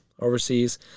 overseas